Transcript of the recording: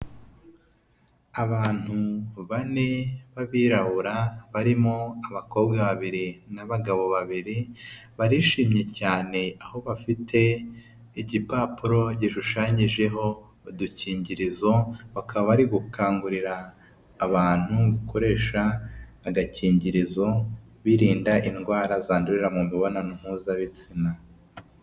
abantu bane b'abirabura barimo abakobwa babiri n'abagabo babiri, barishimye cyane aho bafite igipapuro gishushanyijeho udukingirizo. Bakaba bari gukangurira abantu gukoresha agakingirizo, birinda indwara zandurira mu mibonano mpuzabitsina.